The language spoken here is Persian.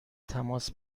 تماس